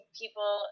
people